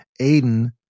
Aiden